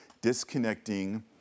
disconnecting